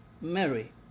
Mary